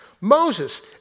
Moses